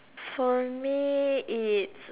for me it's